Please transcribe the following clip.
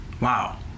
wow